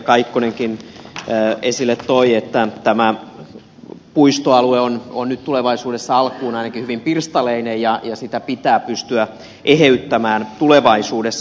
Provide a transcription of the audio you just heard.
kaikkonenkin esille toi eli se että tämä puistoalue on nyt tulevaisuudessa ainakin alkuun hyvin pirstaleinen ja sitä pitää pystyä eheyttämään tulevaisuudessa